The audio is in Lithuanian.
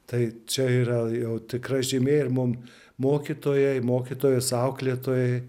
tai čia yra jau tikra žymė ir mum mokytojai mokytojos auklėtojai